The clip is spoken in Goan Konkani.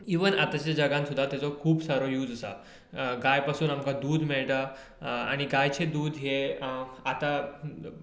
इवन आतांचे जगांत सुदा ताजो खुब सारो यूज आसा गाय पासून आमकां दूद मेळटा आनी गायचे दूद हे आता